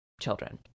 children